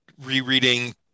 rereading